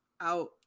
out